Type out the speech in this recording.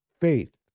faith